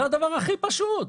זה הדבר הכי פשוט.